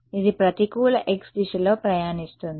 ఇది ప్రతికూల x దిశలో ప్రయాణిస్తోంది